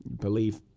belief